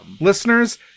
Listeners